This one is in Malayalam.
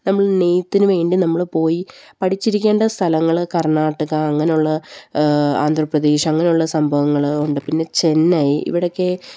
നമ്മള് നെയ്ത്തിന് വേണ്ടി നമ്മള് പോയി പഠിച്ചിരിക്കേണ്ട സ്ഥലങ്ങള് കർണ്ണാടക അങ്ങനെയുള്ള ആന്ധ്രാപ്രദേശ് അങ്ങനെയുള്ള സംഭവങ്ങളുണ്ട് പിന്നെ ചെന്നൈ ഇവിടെയൊക്കെ